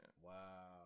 Wow